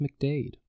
McDade